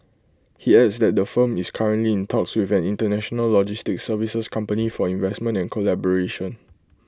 he adds that the firm is currently in talks with an International logistics services company for investment and collaboration